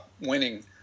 winning